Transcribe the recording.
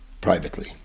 privately